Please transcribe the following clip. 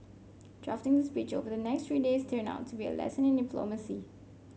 drafting the speech over the next three days turned out to be a lesson in diplomacy